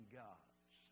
gods